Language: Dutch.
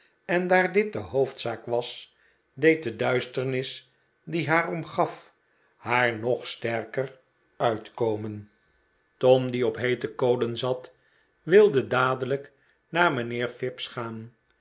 en daar dit de hoofdzaak was deed de duisternis die haar omgaf haar nog sterker uitkomen tom die op heete kolen zat wilde dadelijk naar mijnheer fips gaan